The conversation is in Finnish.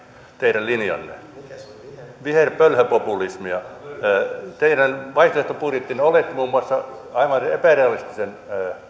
teidän linjanne on viherpölhöpopulismia viherpölhöpopulismia teidän vaihtoehtobudjettinne oletti muun muassa aivan epärealistisen